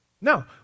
No